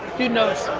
dude knows.